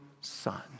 son